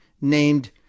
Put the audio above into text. named